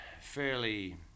fairly